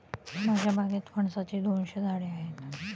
माझ्या बागेत फणसाची दोनशे झाडे आहेत